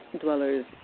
dwellers